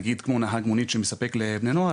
נגיד כמו נהג מונית שמספק לבני נוער,